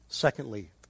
Secondly